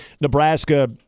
Nebraska